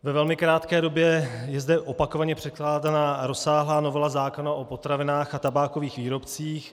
Ve velmi krátké době je zde opakovaně předkládaná rozsáhlá novela zákona o potravinách a tabákových výrobcích.